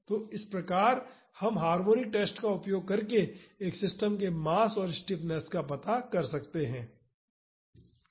तो इस प्रकार हम हार्मोनिक टेस्ट का उपयोग करके एक सिस्टम के मास और स्टिफनेस का पता लगाते हैं